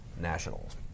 Nationals